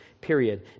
period